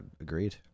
agreed